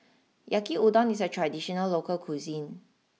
Yaki Udon is a traditional local cuisine